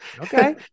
Okay